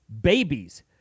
babies